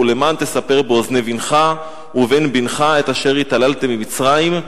ולמען תספר באזני בנך ובן בנך את אשר התעללתי במצרים,